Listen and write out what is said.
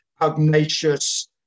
pugnacious